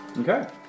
Okay